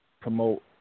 promote